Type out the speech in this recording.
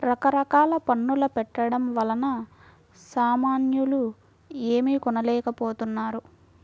రకరకాల పన్నుల పెట్టడం వలన సామాన్యులు ఏమీ కొనలేకపోతున్నారు